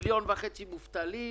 כסף למיליון וחצי מובטלים,